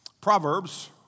Proverbs